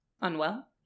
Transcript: unwell